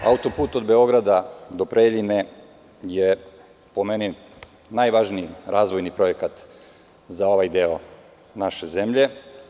Autoput od Beograda do Preljine je, po meni, najvažniji razvojni projekat za ovaj deo naše zemlje.